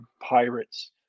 pirates